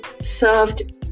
served